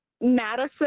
Madison